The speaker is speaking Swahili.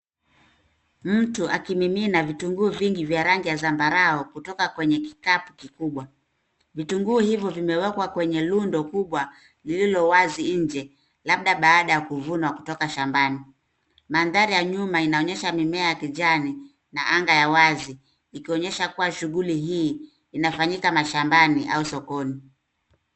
Mtu akimimina vitunguu vingi vya rangi ya zambarau kutoka kwenye kikapu kikubwa. Vitunguu hivyo vimewekwa kwenye rundo kubwa lililowazi nje labda baada ya kuvunwa kutoka shambani. Mandhari ya nyuma inaonyesha mimea ya kijani na anga ya wazi ikionyesha kuwa shughuli hii inafanyika mashambani au sokoni.